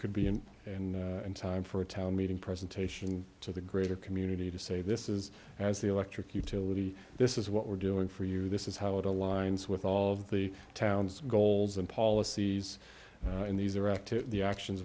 could be in and in time for a town meeting presentation to the greater community to say this is as the electric utility this is what we're doing for you this is how it aligns with all of the town's goals and policies and these are active the actions